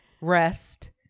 rest